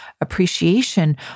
appreciation